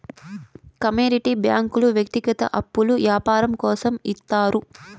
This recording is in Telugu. కమోడిటీ బ్యాంకుల వ్యక్తిగత అప్పులు యాపారం కోసం ఇత్తారు